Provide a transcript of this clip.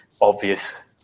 obvious